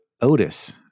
Otis